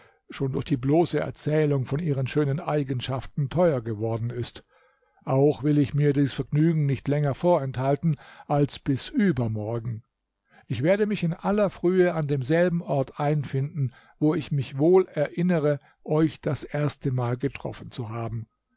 schon durch die bloße erzählung von ihren schönen eigenschaften teuer geworden ist auch will ich mir dies vergnügen nicht länger vorenthalten als bis übermorgen ich werde mich in aller frühe an demselben ort einfinden wo ich mich wohl erinnere euch das erstemal getroffen zu haben